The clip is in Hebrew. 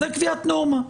זה קביעת נורמה,